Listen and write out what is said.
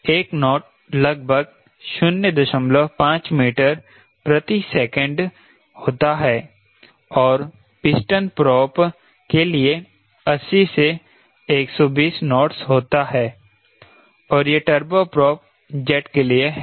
1 knot लगभग 05 metre प्रति second होता है और पिस्टन प्रोप के लिए 80 से 120 नोट्स होता है और यह टर्बो प्रोप जेट के लिए है